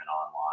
online